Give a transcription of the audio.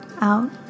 out